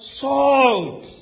Salt